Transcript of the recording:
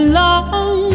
long